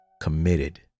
committed